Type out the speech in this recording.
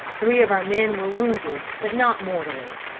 three of our men were wounded, but not mortally.